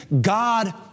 God